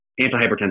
antihypertensive